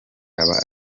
aba